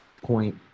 point